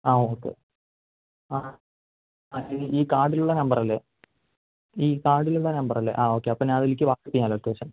ആ ഓക്കേ ആ ഈ കാർഡിലുള്ള നമ്പറല്ലേ ഈ കാർഡിലുള്ള നമ്പറല്ലേ ആ അപ്പോൾ ഞാൻ അതിലേക്ക് വാട്സ്ആപ്പ് ചെയ്യാം ലൊക്കേഷൻ